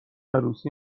عروسی